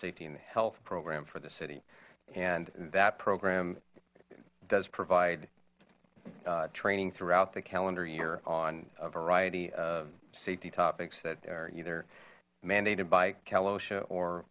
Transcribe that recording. safety and health program for the city and that program does provide training throughout the calendar year on a variety of safety topics that are either mandated by